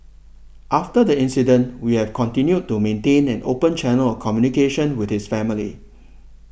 after the incident we have continued to maintain an open channel of communication with his family